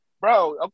bro